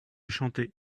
chanter